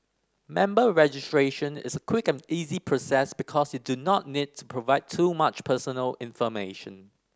member registration is a quick and easy process because you do not need to provide too much personal information